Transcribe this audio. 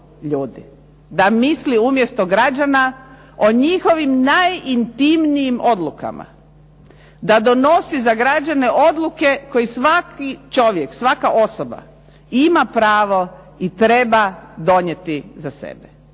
da misli umjesto građana o njihovim najintimnijim odlukama. Da donosi za građane odluke koji svaki čovjek, svaka osoba ima pravo i treba donijeti za sebe.